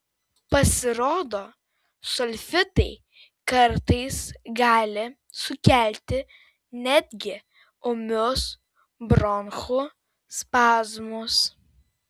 pasirodo sulfitai kartais gali sukelti netgi ūmius bronchų spazmus